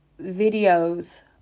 videos